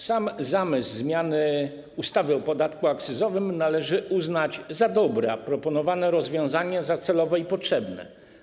Sam zamysł zmiany ustawy o podatku akcyzowym należy uznać za dobry, a proponowane rozwiązania za celowe i potrzebne.